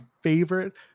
favorite